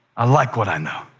i like what i know.